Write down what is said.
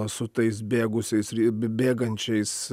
su tais bėgusiais ri bėgančiais